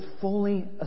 fully